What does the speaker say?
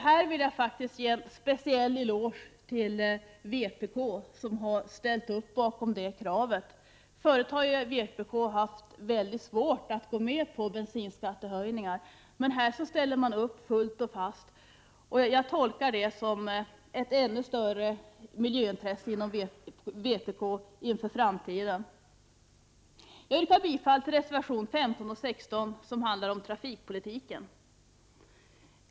Här vill jag faktiskt ge en speciell eloge till vpk, som har ställt sig bakom det kravet. Förut har vpk haft mycket svårt att gå med på bensinskattehöjningar, men här ställer man upp fullt och fast. Jag tolkar det som tecken på ett ännu större miljöintresse inför framtiden. Jag yrkar bifall till reservationerna 15 och 16, som handlar om trafikpolitiken.